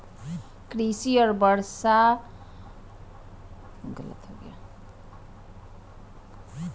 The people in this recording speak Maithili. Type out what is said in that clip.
कृषि वर्षा और बदलेत मौसम पर निर्भर होयत छला